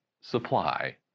supply